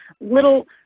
little